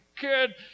kid